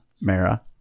Mara